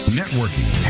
networking